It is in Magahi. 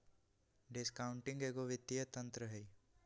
डिस्काउंटिंग एगो वित्तीय तंत्र हइ